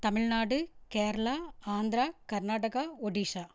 Tamil Nadu Kerala Andhra Karnataka Odisha